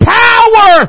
power